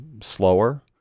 slower